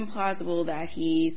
impossible that he